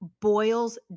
boils